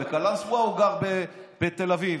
בקלנסווה או בתל אביב,